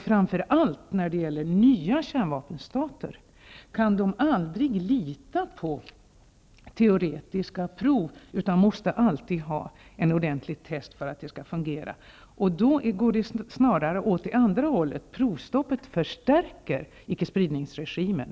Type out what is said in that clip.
Framför allt nya kärnvapenstater kan aldrig lita på teoretiska prov, utan de måste alltid ha ett ordentligt test för att det skall fungera. Då är det snarare så, att provstoppet förstärker icke-spridningsregimen.